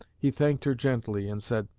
he thanked her gently, and said,